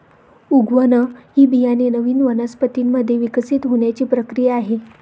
उगवण ही बियाणे नवीन वनस्पतीं मध्ये विकसित होण्याची प्रक्रिया आहे